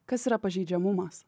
kas yra pažeidžiamumas